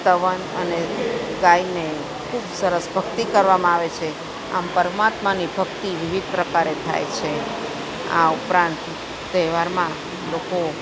સ્તવન અને ગાયને ખૂબ સરસ ભક્તિ કરવામાં આવે છે આમ પરમાત્માની ભક્તિ વિવિધ પ્રકારે થાય છે આ ઉપરાંત તહેવારમાં લોકો